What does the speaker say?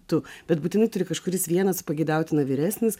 tu bet būtinai turi kažkuris vienas pageidautina vyresnis